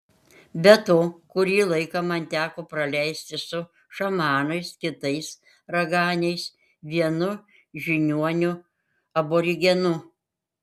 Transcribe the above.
be to kurį laiką man teko praleisti su šamanais kitais raganiais vienu žiniuoniu aborigenu